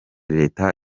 leta